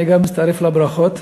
גם אני מצטרף לברכות.